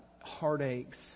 heartaches